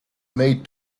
made